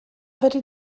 fedri